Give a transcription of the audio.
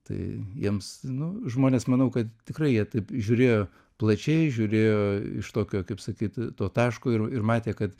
tai jiems nu žmonės manau kad tikrai jie taip žiūrėjo plačiai žiūrėjo iš tokio kaip sakyt to taško ir ir matė kad